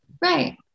Right